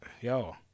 Yo